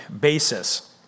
basis